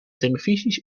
televisies